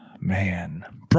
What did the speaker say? Man